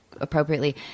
appropriately